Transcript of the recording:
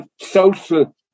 social